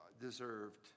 deserved